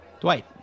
Dwight